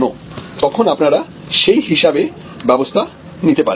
তখন আপনারা সেই অনুযায়ী ব্যবস্থা নিতে পারবেন